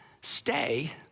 stay